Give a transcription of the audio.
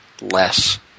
less